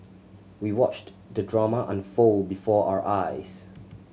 we watched the drama unfold before our eyes